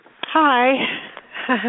Hi